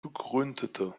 begründete